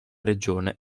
regione